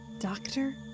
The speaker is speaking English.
Doctor